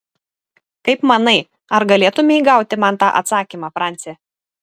kaip manai ar galėtumei gauti man tą atsakymą franci